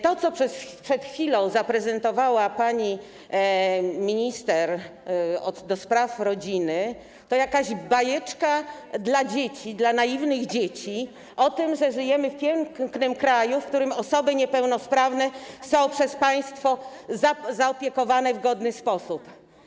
To, co przed chwilą zaprezentowała pani minister do spraw rodziny, to jakaś bajeczka dla dzieci, dla naiwnych dzieci, o tym, że żyjemy w pięknym kraju, w którym osoby niepełnosprawne są przez państwo zaopiekowane w godny sposób.